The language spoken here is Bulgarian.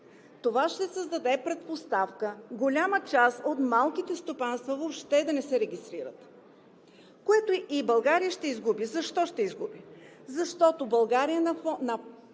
Това ще създаде предпоставка голяма част от малките стопанства въобще да не се регистрират, от което и България ще изгуби. Защо ще изгуби? Защото България на